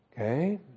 Okay